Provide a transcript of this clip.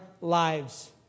lives